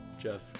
Jeff